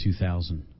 2000